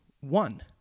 one